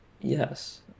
Yes